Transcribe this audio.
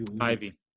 Ivy